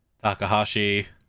Takahashi